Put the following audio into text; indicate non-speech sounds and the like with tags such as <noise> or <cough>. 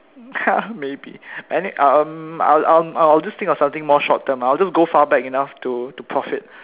<laughs> maybe any~ um I I'll just think of something more short term I'll just go far back enough to to profit